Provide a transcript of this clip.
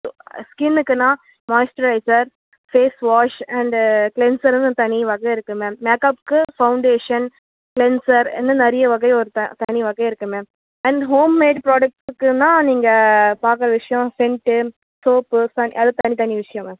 ஸ்கின்னுக்குனா moisturiser face wash and கிளென்சருனு ஒரு தனி வகை இருக்குது மேம் மேக்கப்புக்கு ஃபவுண்டேசன் க்ளென்சர் இன்னும் நிறைய வகை தனி வகை இருக்குது மேம் அண்ட் ஹோம் மேட் ப்ராடக்ட்ஸ்க்குனா நீங்கள் பார்க்குற விஷயம் சென்ட்டு சோப்பு எல்லாம் தனி தனி விஷயம் மேம்